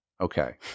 okay